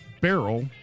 barrel